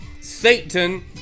Satan